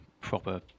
proper